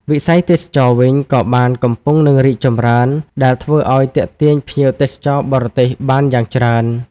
វិស័យទេសចរណ៍វិញ ក៏បានកំពុងនឹងរីកចម្រើនដែលធ្វើអោយទាក់ទាញភ្ញៀវទេសចរបរទេសបានយ៉ាងច្រើន។